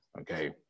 Okay